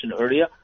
earlier